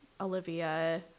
Olivia